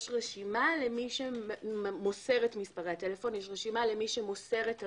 יש רשימה למי שמוסר את מספרי הטלפון ולמי שמוסר את המיילים.